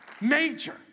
major